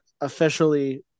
officially